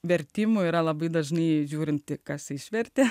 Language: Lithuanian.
vertimų yra labai dažnai žiūrint kas išvertė